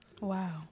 Wow